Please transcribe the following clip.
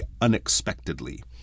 unexpectedly